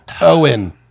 Owen